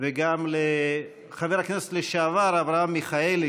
וגם לחבר הכנסת לשעבר אברהם מיכאלי,